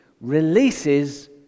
releases